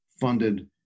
funded